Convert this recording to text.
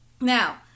Now